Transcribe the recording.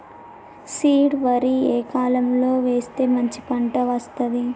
Seed వరి ఏ కాలం లో వేస్తే మంచి పంట వస్తది?